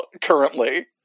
currently